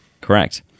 correct